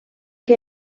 que